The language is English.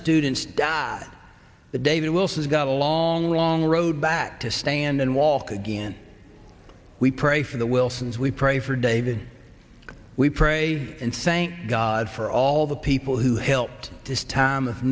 students that david wilson's got a long long road back to stand and walk again we pray for the wilsons we pray for david we pray and thank god for all the people who helped this time of